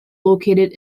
located